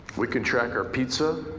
we could track our pizza,